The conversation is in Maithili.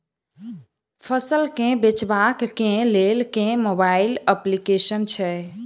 फसल केँ बेचबाक केँ लेल केँ मोबाइल अप्लिकेशन छैय?